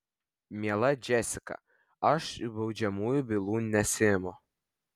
miela džesika aš baudžiamųjų bylų nesiimu